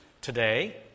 today